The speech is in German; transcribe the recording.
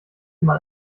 mal